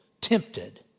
tempted